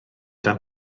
dan